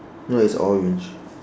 no it's orange